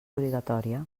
obligatòria